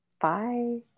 Bye